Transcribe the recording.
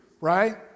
Right